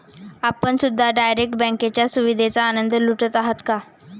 आपण सुद्धा डायरेक्ट बँकेच्या सुविधेचा आनंद लुटत आहात का?